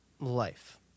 life